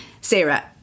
Sarah